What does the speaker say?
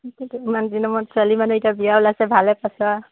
ইমান দিনৰ মুৰত ছোৱালী মানুহ এতিয়া বিয়া ওলাইছে ভালে পাইছ'